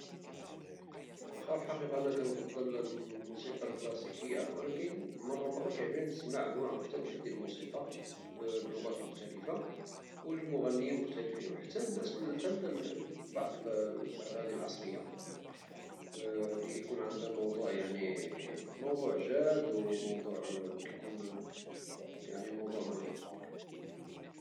وخا في الحقيقة أنا كنفضل الموسيقى الكلاسيكية ولكن مرة مرة كيعجبني نسمع أنواع مختلفة ديال الموسيقى بلغات مختلفة ولمغنيين مختلفين وحتى لبعض الأغاني العصرية لي كيكون عندها موضوع جاد وكيكون موضوع مهم.